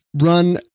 run